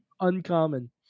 uncommon